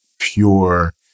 pure